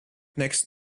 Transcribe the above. next